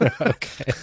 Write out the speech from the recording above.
Okay